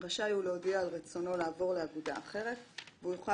רשאי הוא להודיע על רצונו לעבור לאגודה אחרת והוא יוכל